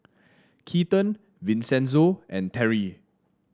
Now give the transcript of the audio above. Keaton Vincenzo and Terri